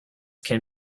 can